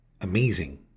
amazing